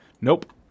Nope